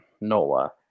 Nola